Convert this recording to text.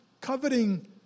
coveting